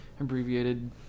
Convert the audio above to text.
abbreviated